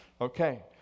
Okay